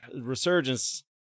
Resurgence